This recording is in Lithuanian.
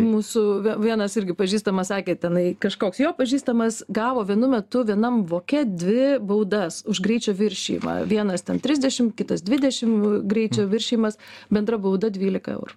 mūsų vie vienas irgi pažįstamas sakė tenai kažkoks jo pažįstamas gavo vienu metu vienam voke dvi baudas už greičio viršijimą vienas ten trisdešim kitas dvidešim greičio viršijimas bendra bauda dvylika eurų